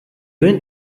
went